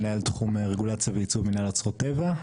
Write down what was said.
מנהל תחום רגולציה וייצוא מנהל אוצרות טבע,